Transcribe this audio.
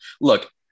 Look